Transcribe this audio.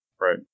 Right